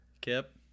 Kip